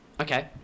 Okay